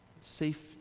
safe